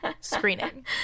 screening